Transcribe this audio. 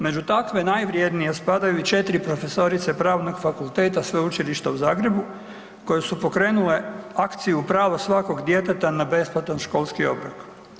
Među takve najvrijednije spadaju i 4 profesorice Pravnog fakulteta Sveučilišta u Zagrebu koje su pokrenule akciju „Pravo svakog djeteta na besplatan školski obrok“